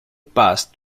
passed